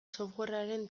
softwarearen